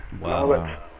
Wow